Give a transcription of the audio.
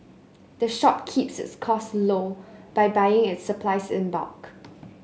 the shop keeps its costs low by buying its supplies in bulk